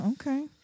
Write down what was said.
okay